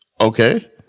okay